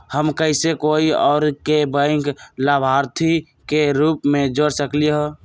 हम कैसे कोई और के बैंक लाभार्थी के रूप में जोर सकली ह?